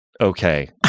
Okay